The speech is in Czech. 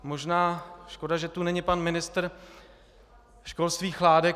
Možná škoda, že tu není pan ministr školství Chládek.